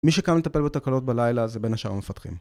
מי שקם לטפל בתקלות בלילה זה בין השאר המפתחים